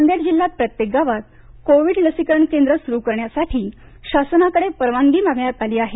नांदेड जिल्ह्यात प्रत्येक गावात कोविड लसीकरण केंद्र सुरू करण्यासाठी शासनाकडे परवानगी मागण्यात आली आहे